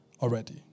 already